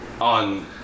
on